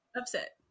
upset